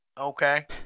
Okay